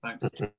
Thanks